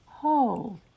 hold